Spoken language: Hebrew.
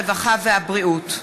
הרווחה והבריאות.